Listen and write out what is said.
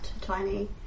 Tiny